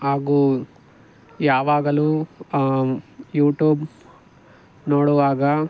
ಹಾಗೂ ಯಾವಾಗಲೂ ಯೂಟೂಬ್ ನೋಡುವಾಗ